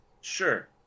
sure